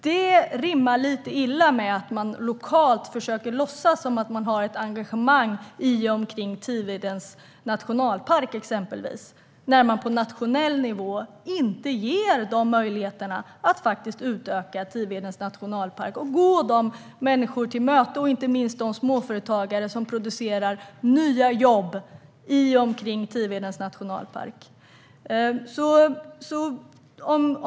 Det rimmar lite illa med att man lokalt försöker låtsas som att man har ett engagemang exempelvis i och omkring Tivedens nationalpark när man på nationell nivå inte ger de möjligheterna att utöka Tivedens nationalpark och gå människorna till mötes. Det gäller inte minst de småföretagare som producerar nya jobb i och omkring Tivedens nationalpark.